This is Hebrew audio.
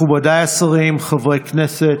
מכובדיי השרים, חברי הכנסת,